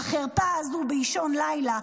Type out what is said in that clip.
בחרפה הזו באישון לילה,